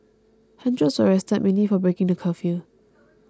hundreds were arrested mainly for breaking the curfew